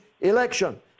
election